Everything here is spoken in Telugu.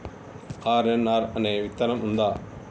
ఆర్.ఎన్.ఆర్ అనే విత్తనం ఉందా?